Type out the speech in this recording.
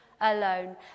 alone